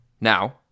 now